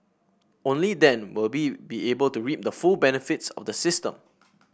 only then will be be able to reap the full benefits of the system